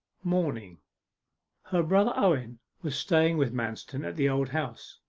morning her brother owen was staying with manston at the old house.